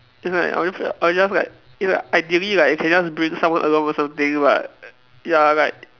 it's like I'll only feel I'll just like it's like ideally like you can just bring someone along or something like ya like